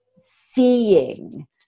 seeing